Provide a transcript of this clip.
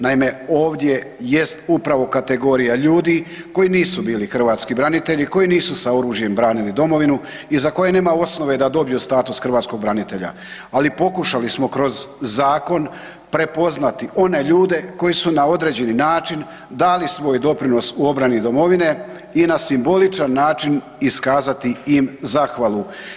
Naime, ovdje jest upravo kategorija ljudi koji nisu bili hrvatski branitelji, koji nisu sa oružjem branili domovinu i za koje nema osnove da dobiju status hrvatskog branitelja, ali pokušali smo kroz zakon prepoznati one ljude koji su na određeni način dali svoj doprinos u obrani domovine i na simboličan način iskazati im zahvalu.